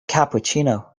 cappuccino